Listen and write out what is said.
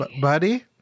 Buddy